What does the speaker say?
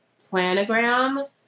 planogram